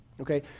okay